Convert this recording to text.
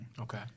Okay